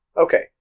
Okay